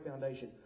foundation